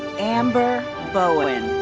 amber bowen.